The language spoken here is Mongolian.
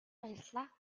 баярлалаа